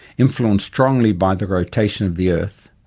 influenced strongly by the rotation of the earth,